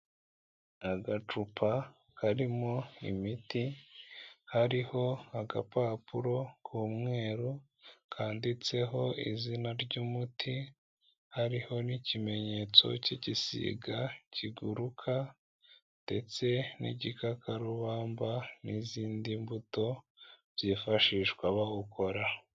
Agacupa karimo imiti hariho agapapuro k'umweru kanditseho izina ry'umuti, hariho n'ikimenyetso cy'igisiga kiguruka ndetse n'igikakarubamba n'izindi mbuto zifashishwa bawukora.